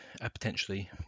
potentially